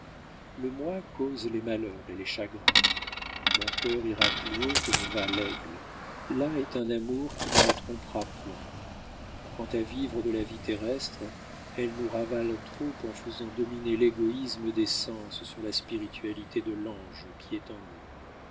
le moi cause les malheurs et les chagrins mon cœur ira plus haut que ne va l'aigle là est un amour qui ne me trompera point quant à vivre de la vie terrestre elle nous ravale trop en faisant dominer l'égoïsme des sens sur la spiritualité de l'ange qui est en nous